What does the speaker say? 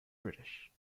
british